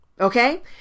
Okay